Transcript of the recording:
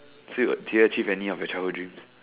still got did you achieve any of your childhood dreams